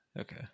Okay